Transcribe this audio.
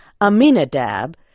Aminadab